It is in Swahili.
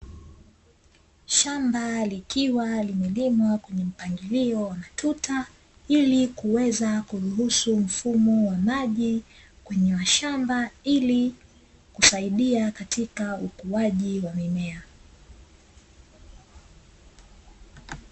Shamba likiwa limelimwa kwenye mpangilio wa matuta, ili kuweza kuruhusu mfumo wa maji kwenye mashamba ili kusaidia katika ukuaji wa mimea.